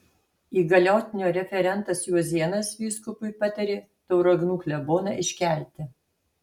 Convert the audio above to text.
įgaliotinio referentas juozėnas vyskupui patarė tauragnų kleboną iškelti